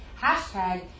Hashtag